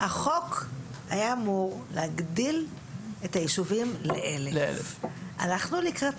מספר יחידות המקרקעין שהוקצו ביישוב בהליך שכלל ועדת